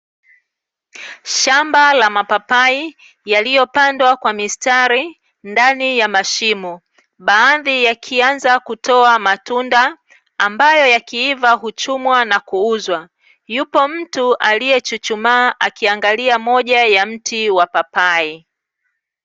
Shamba la mapapai yaliyopandwa kwa mistari ndani ya mashimo, baadhi yakianza kutoa matunda ambayo yakiiva huchumwa na kuuzwa. Yupo mtu aliyechuchumaa akiangalia moja ya mti wa papai.